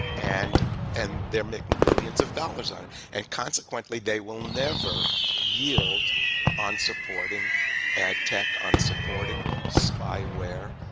and and they're making billions of dollars on and consequently they will never yield on supporting ad tech, on supporting spyware,